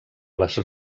les